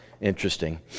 interesting